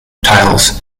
tiles